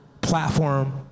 platform